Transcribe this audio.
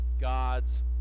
God's